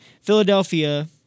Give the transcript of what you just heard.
Philadelphia